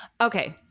Okay